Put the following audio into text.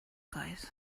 guys